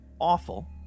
awful